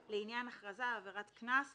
להבהיר לפרוטוקול שככל שנסיבות העניין מעלות שמתקיימים